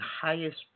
highest